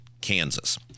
Kansas